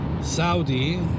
Saudi